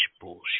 bullshit